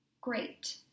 great